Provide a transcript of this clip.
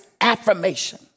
affirmation